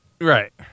right